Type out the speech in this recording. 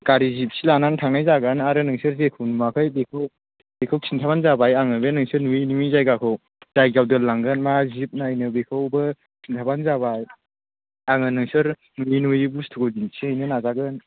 गारि जिपसि लानानै थांनाय जागोन आरो नोंसोर जेखौ नुवाखै बेखौ बेखौ खिन्थाब्लानो जाबाय आङो बे नोंसोर नुयै नुयै जायगाखौ जायगायाव दोनलांगोनना जिब नायनो बेखौबो खिन्थाब्लानो जाबाय आङो नोंसोर बिदि नुयै बुस्थुखौ दिन्थिहैनो नाजागोन